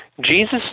Jesus